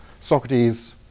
Socrates